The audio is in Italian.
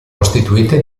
costituite